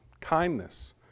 kindness